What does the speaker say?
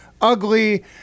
ugly